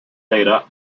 data